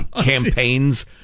campaigns